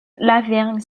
lavergne